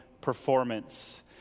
performance